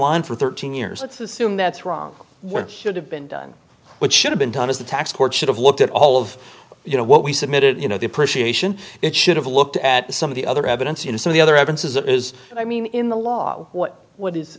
line for thirteen years it's assume that's wrong work should have been done what should have been done is the tax court should have looked at all of you know what we submitted you know the appreciation it should have looked at some of the other evidence in assume the other evidence as it is i mean in the law what what is